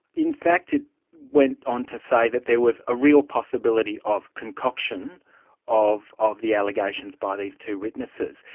in fact, it went on to say, that there was a real possibility of concoction of of the allegations by these two witnesses.